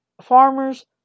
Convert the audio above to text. farmer's